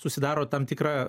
susidaro tam tikra